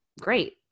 great